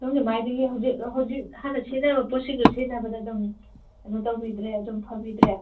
ꯁꯣꯝꯒꯤ ꯃꯥꯏꯗꯒꯤ ꯍꯧꯖꯤꯛ ꯍꯥꯟꯅ ꯁꯤꯖꯤꯟꯅꯔꯝꯕ ꯄꯣꯠꯁꯤꯡꯗꯣ ꯁꯤꯖꯤꯟꯅꯕꯗ ꯑꯗꯨꯝ ꯀꯩꯅꯣ ꯇꯧꯕꯤꯗ꯭ꯔꯦ ꯑꯗꯨꯝ ꯐꯕꯤꯗ꯭ꯔꯦ